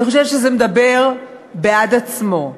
אני חושבת שזה מדבר בעד עצמו.